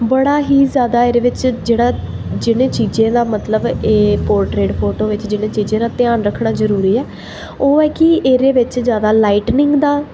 बड़ा ही जादा एह्दे बिच जेह्ड़ा जि'नें चीज़ें दा मतलब एह् पोर्ट्रेट फोटो बिच जि'नें चीजें दा ध्यान रखना जरूरी ऐ ओह् ऐ कि एह्दे बिच जादा लाइटनिंग दा